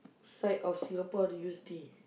side of Singapore do you stay